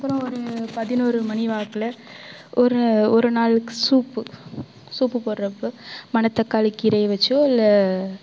அப்புறம் ஒரு பதினோரு மணி வாங்கில் ஒரு ஒரு நாள் சூப்பு சூப்பு போட்றப்போ மணத்தக்காளி கீரையை வச்சு இல்லை